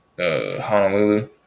Honolulu